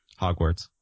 Hogwarts